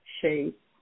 shape